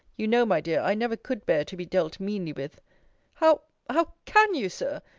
you know, my dear, i never could bear to be dealt meanly with how how can you, sir!